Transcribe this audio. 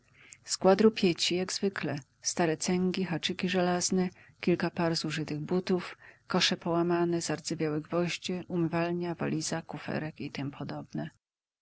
skład rupieci jak zwykle stare cęgi haczyki żelazne kilka par zużytych butów kosze połamane zardzewiałe gwoździe umywalnia waliza kuferek i t p